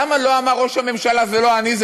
למה לא אמר ראש הממשלה: זה לא אני,